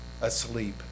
asleep